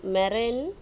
marine